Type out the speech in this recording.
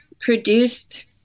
produced